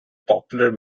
popular